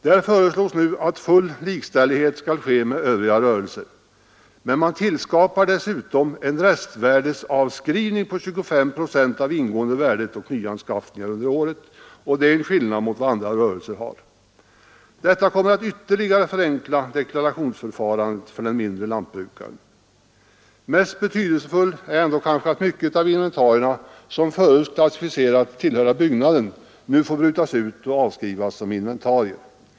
Där föreslås nu att full likställighet skall ske med övriga rörelser, men man tillskapar dessutom en restvärdeavskrivning på 25 procent av det ingående värdet och av nyanskaffningar under året, och det innebär en skillnad gentemot andra rörelser. Detta kommer att ytterligare förenkla deklarationsförfarandet för den mindre lantbrukaren. Mest betydelsefullt är ändå kanske att mycket av inventarierna, som förut klassificerats som tillhörande byggnaden, nu får brytas ut och avskrivas som inventarier.